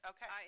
Okay